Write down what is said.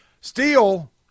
steel